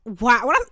Wow